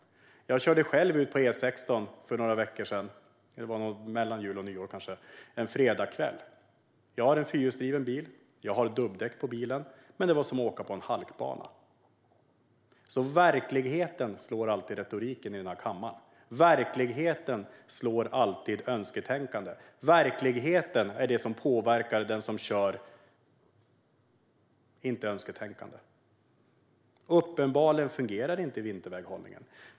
Jag körde själv ut på E16 en fredagskväll för några veckor sedan, det var nog mellan jul och nyår. Jag har en fyrhjulsdriven bil med dubbdäck, men det var som att åka på en halkbana. Verkligheten slår alltid retoriken i denna kammare. Verkligheten slår alltid önsketänkande. Verkligheten - inte önsketänkande - är det som påverkar den som kör. Uppenbarligen fungerar inte vinterväghållningen.